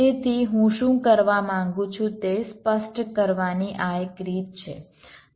તેથી હું શું કરવા માંગુ છું તે સ્પષ્ટ કરવાની આ એક રીત છે